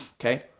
Okay